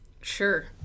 Sure